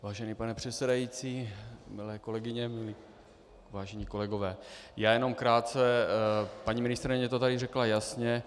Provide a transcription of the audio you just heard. Vážený pane předsedající, milé kolegyně, vážení kolegové, já jenom krátce, paní ministryně to tady řekla jasně.